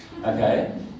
Okay